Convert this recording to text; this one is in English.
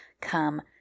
come